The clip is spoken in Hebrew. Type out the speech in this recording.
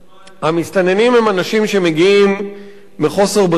המסתננים הם אנשים שמגיעים מחוסר ברירה.